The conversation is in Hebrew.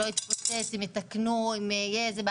אם באמת יתקנו לך